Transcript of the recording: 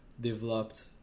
developed